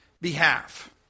behalf